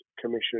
Commission